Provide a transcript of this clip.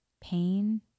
pain